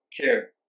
care